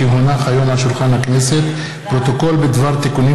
כי הונח היום על שולחן הכנסת פרוטוקול בדבר תיקונים